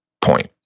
point